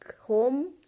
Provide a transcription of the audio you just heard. home